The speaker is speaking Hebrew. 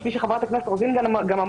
כפי שחברת הכנסת רוזין אמרה,